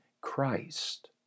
Christ